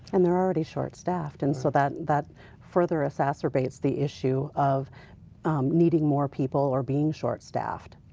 and they are already short-staffed and so that that further exacerbates the issue of needing more people or being short-staffed.